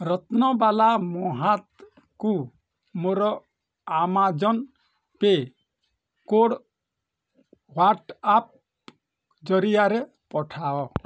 ରତ୍ନବାଲା ମହାତଙ୍କୁ ମୋର Amazon pay code WhatsApp ଜରିଆରେ ପଠାଅ